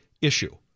issue